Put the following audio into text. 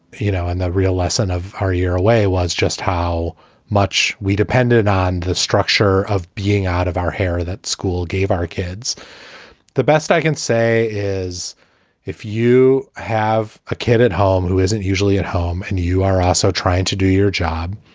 you know, and the real lesson of our year away was just how much we depended on the structure of being out of our hair that school gave our kids the best i can say is if you have a kid at home who isn't usually at home and you are also trying to do your job,